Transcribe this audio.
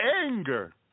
anger